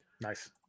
nice